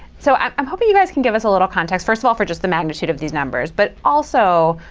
so i'm hoping you guys can give us a little context. first of all for just the magnitude of these numbers. but also,